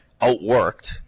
outworked